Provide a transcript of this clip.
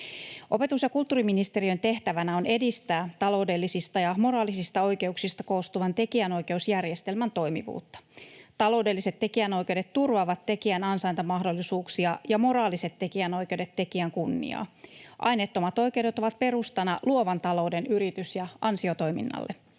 Opetus- ja kulttuuriministeriön tehtävänä on edistää taloudellisista ja moraalisista oikeuksista koostuvan tekijänoikeusjärjestelmän toimivuutta. Taloudelliset tekijänoikeudet turvaavat tekijän ansaintamahdollisuuksia ja moraaliset tekijänoikeudet tekijän kunniaa. Aineettomat oikeudet ovat perustana luovan talouden yritys- ja ansiotoiminnalle.